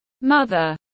mother